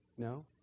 No